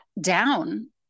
down